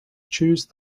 choose